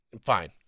fine